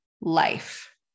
life